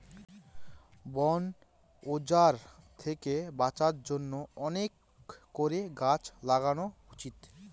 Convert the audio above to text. বন উজাড় থেকে বাঁচার জন্য অনেক করে গাছ লাগানো উচিত